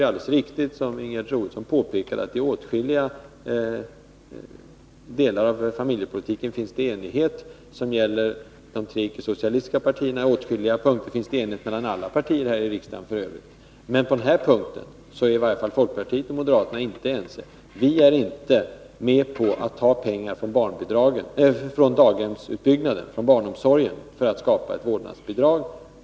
Det är helt riktigt, som Ingegerd Troedsson påpekade, att det i åtskilliga delar av familjepolitiken finns enighet mellan de tre ickesocialistiska partierna. F. ö. finns det i åtskilliga delar också enighet mellan alla partier här i riksdagen. Men på denna punkt är i varje fall inte folkpartiet och moderaterna ense. Folkpartiet är inte med på att ta pengar från daghemsutbyggnaden och barnomsorgen för att skapa ett vårdnadsbidrag.